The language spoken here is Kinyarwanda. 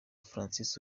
francis